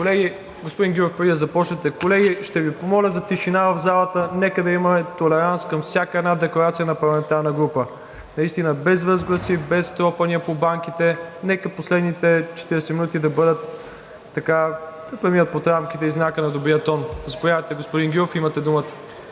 Господин Гюров, преди да започнете – колеги, ще Ви помоля за тишина в залата. Нека да имаме толеранс към всяка една декларация на парламентарна група – наистина без възгласи, без тропания по банките. Нека последните 40 минути да преминат в рамките и под знака на добрия тон. Господин Гюров, имате думата.